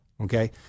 okay